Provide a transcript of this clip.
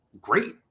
great